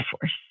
force